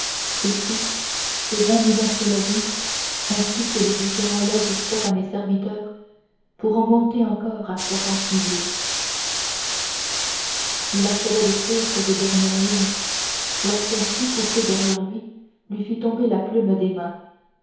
et qui ces vingt millions prélevés ainsi que les différents legs faits à mes serviteurs pourront monter encore à soixante millions il achevait d'écrire cette dernière ligne lorsqu'un cri poussé derrière lui lui fit tomber la plume des mains